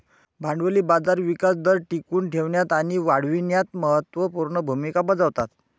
भांडवली बाजार विकास दर टिकवून ठेवण्यात आणि वाढविण्यात महत्त्व पूर्ण भूमिका बजावतात